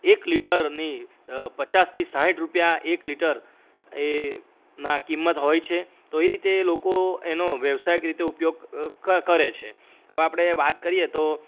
એક લિટરની પચાસથી સાહીઠ રૂપિયા એક લિટર એના કિંમત હોય છે તો એ રીતે એ લોકો એનો વ્યવસાયીક રીતે ઉપયોગ કરે છે હવે આપણે વાત કરીએ તો